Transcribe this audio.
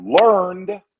learned